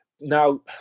Now